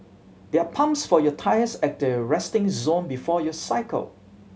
there are pumps for your tyres at the resting zone before you cycle